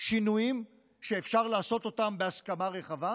שינויים שאפשר לעשות אותם בהסכמה רחבה,